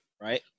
right